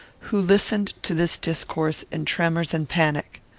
who listened to this discourse in tremors and panic.